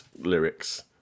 lyrics